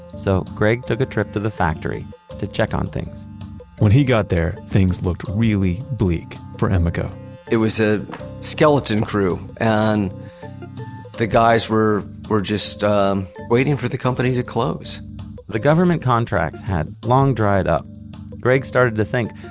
so gregg took a trip to the factory to check on things when he got there, things looked really bleak for emeco it was a skeleton crew and the guys were were just ah um waiting for the company to close the government contracts had long dried up. and gregg started to think,